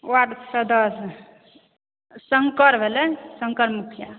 ward सदस्य शंकर भेलै शंकर मुखिया